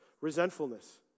resentfulness